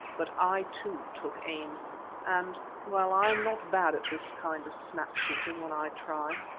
but i too took aim and well, i am not bad at this kind of snap-shooting when i try.